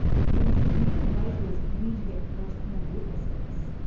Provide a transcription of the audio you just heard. but his main advice was you need to get firsthand witnesses,